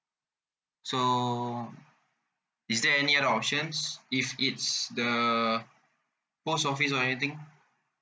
so is there any other options if it's the post office or anything